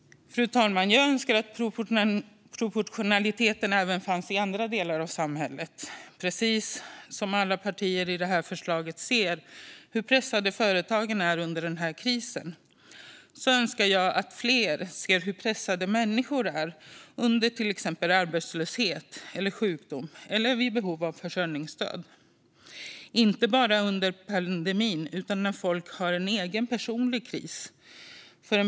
Fru talman! Jag önskar att proportionaliteten även fanns i andra delar av samhället. Precis som alla partier i det här förslaget ser hur pressade företagen är under den här krisen önskar jag att fler såg hur pressade människor är under till exempel arbetslöshet eller sjukdom eller vid behov av försörjningsstöd - inte bara under pandemin utan när folk genomgår en egen, personlig kris.